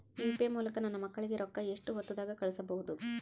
UPI ಮೂಲಕ ನನ್ನ ಮಕ್ಕಳಿಗ ರೊಕ್ಕ ಎಷ್ಟ ಹೊತ್ತದಾಗ ಕಳಸಬಹುದು?